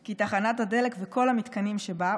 כי תחנת הדלק וכל המתקנים שבה,